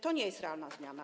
To nie jest realna zmiana.